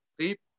sleep